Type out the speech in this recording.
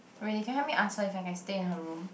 really can you help me ask her if I can stay in her room